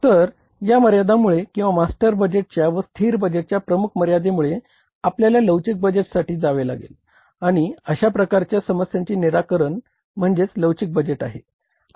तर या मर्यादांमुळे किंवा मास्टर बजेटच्या व स्थिर बजेटच्या प्रमुख मर्यादेमुळे आपल्याला लवचिक बजेटसाठी जावे लागेल आणि अशा प्रकारच्या समस्यांचे निराकरण म्हणजे लवचिक बजेट आहे